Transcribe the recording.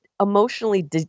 emotionally